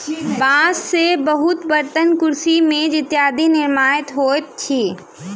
बांस से बहुत बर्तन, कुर्सी, मेज इत्यादिक निर्माण होइत अछि